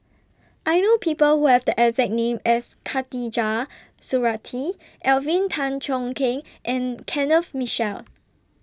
I know People Who Have The exact name as Khatijah Surattee Alvin Tan Cheong Kheng and Kenneth Mitchell